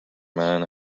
men